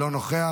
אינו נוכח,